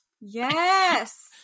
Yes